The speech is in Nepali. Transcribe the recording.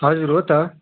हजुर हो त